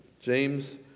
James